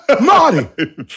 Marty